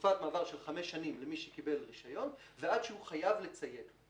תקופת מעבר של חמש שנים למי שקיבל רישיון ועד שהוא חייב לציית לו.